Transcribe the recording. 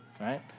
right